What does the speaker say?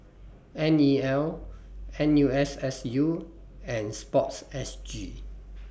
N E L N U S S U and Sport S G